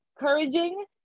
encouraging